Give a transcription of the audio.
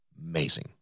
Amazing